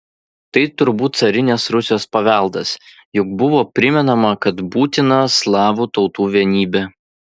tai turbūt carinės rusijos paveldas juk buvo primenama kad būtina slavų tautų vienybė